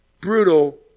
Brutal